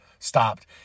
stopped